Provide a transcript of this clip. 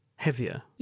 heavier